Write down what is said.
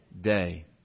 day